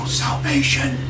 salvation